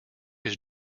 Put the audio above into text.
his